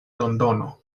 londono